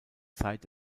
zeit